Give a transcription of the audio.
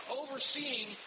overseeing